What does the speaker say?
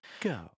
go